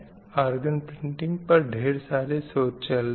organ printing पर ढ़ेर सारे शोध चल रहे हैं